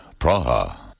Praha